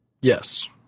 Yes